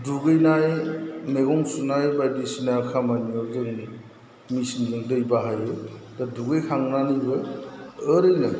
दुगैनाय मैगं सुनाय बायदिसिना खामानियाव जों मेसिनजों दै बाहायो दा दुगैखांनानैबो ओरैनो